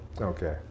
Okay